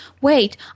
wait